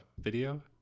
video